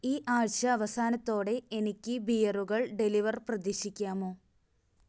ഈ ആഴ്ച്ച അവസാനത്തോടെ എനിക്ക് ബിയറുകൾ ഡെലിവർ പ്രതീഷിക്കാമൊ